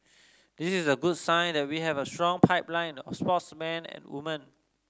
this is a good sign that we have a strong pipeline of sportsmen and women